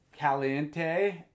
Caliente